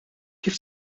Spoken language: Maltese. kif